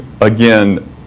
again